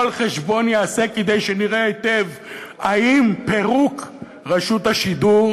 כל חשבון ייעשה כדי שנראה היטב אם פירוק רשות השידור